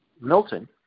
Milton